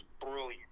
brilliant